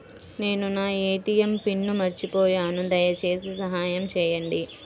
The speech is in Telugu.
నేను నా ఏ.టీ.ఎం పిన్ను మర్చిపోయాను దయచేసి సహాయం చేయండి